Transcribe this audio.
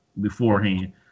beforehand